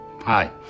Hi